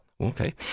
Okay